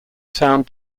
sound